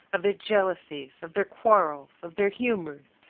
of their jealousies, of their quarrels, of their humours,